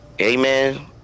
Amen